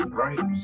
right